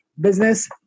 business